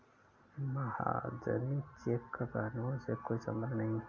महाजनी चेक का कानून से कोई संबंध नहीं है